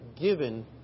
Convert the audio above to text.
given